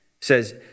says